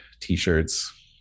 t-shirts